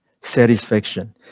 Satisfaction